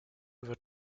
wird